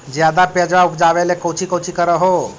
ज्यादा प्यजबा उपजाबे ले कौची कौची कर हो?